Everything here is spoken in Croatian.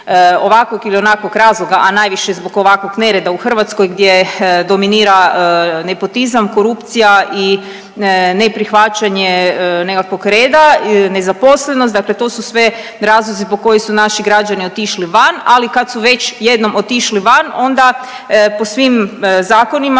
ovakvog ili onakvog razloga, a najviše zbog ovakvog nereda u Hrvatskoj gdje dominira nepotizam, korupcija i neprihvaćanje nekakvog reda i nezaposlenost, dakle to su sve razlozi zbog kojih su naši građani otišli van, ali kad su već jednom otišli van onda po svim zakonima